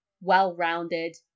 well-rounded